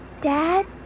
Dad